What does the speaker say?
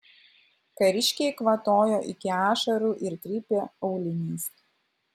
kariškiai kvatojo iki ašarų ir trypė auliniais